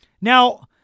Now